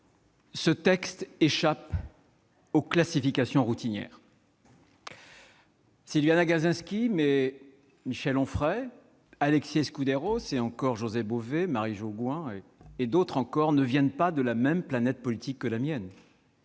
ce texte échappe aux classifications routinières ! Sylviane Agacinski, Michel Onfray, Alexis Escudero, mais aussi José Bové, Marie-Jo Bonnet et d'autres encore ne viennent pas de la même planète politique que la mienne.